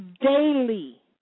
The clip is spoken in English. Daily